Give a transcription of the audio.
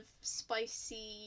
spicy